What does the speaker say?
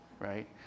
right